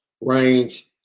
range